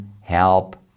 help